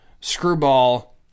Screwball